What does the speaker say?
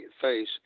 face